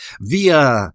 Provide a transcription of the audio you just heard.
via